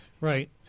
Right